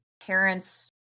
parents